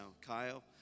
Kyle